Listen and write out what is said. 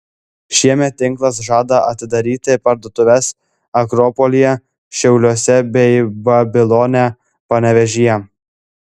šiemet tinklas žada atidaryti parduotuves akropolyje šiauliuose bei babilone panevėžyje